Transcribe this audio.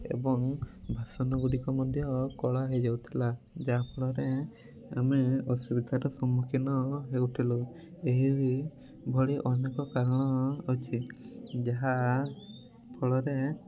ଏବଂ ବାସନଗୁଡ଼ିକ ମଧ୍ୟ କଳା ହୋଇଯାଉଥିଲା ଯାହାଫଳରେ ଆମେ ଅସୁବିଧାର ସମ୍ମୁଖୀନ ହେଉଥିଲୁ ଏହିଭଳି ଅନେକ କାରଣ ଅଛି ଯାହା ଫଳରେ